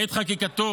בעת חקיקתו